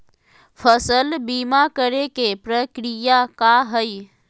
फसल बीमा करे के प्रक्रिया का हई?